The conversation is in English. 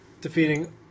defeating